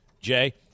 Jay